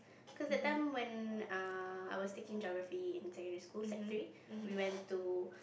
cause that time when err I was taking Geography in secondary school sec three we went to